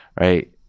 right